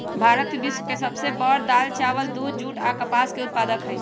भारत विश्व के सब से बड़ दाल, चावल, दूध, जुट आ कपास के उत्पादक हई